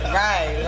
right